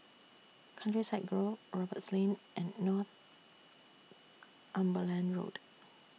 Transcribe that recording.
Countryside Grove Roberts Lane and Northumberland Road